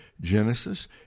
Genesis